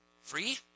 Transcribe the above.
Free